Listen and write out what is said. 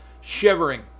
shivering